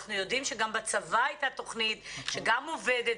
ואנחנו יודעים שגם בצבא הייתה תוכנית שגם עובדת,